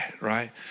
right